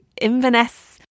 Inverness